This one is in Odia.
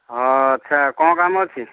ହଁ ଆଚ୍ଛା କ'ଣ କାମ ଅଛି